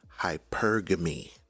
hypergamy